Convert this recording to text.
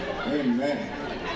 Amen